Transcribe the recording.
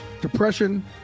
Depression